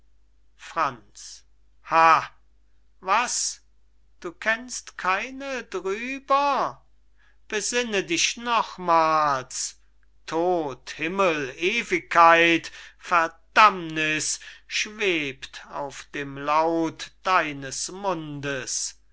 franz ha was du kennst keine drüber besinne dich nochmals tod himmel ewigkeit verdammniß schwebt auf dem laut deines mundes